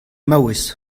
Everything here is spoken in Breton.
maouez